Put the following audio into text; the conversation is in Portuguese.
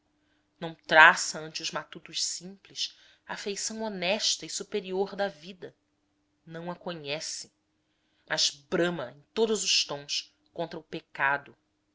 não traça ante os matutos simples a feição honesta e superior da vida não a conhece mas brama em todos os tons contra o pecado